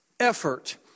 Effort